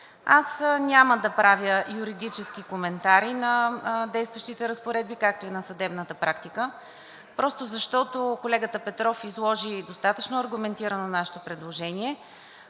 Аз няма да правя юридически коментари на действащите разпоредби, както и на съдебната практика, защото колегата Петров изложи достатъчно аргументирано нашето предложение.